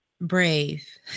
brave